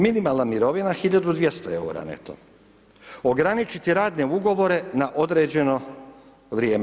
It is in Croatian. Minimalna mirovina hiljadu 200 eura neto, ograničiti radne ugovore na određeno vrijeme.